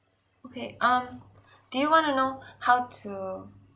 okay um do you want to know how to